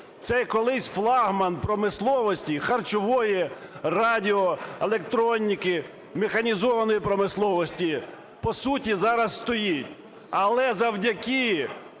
Цей колись флагман промисловості харчової, радіо, електроніки, механізованої промисловості, по суті, зараз стоїть. Але завдяки